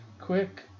quick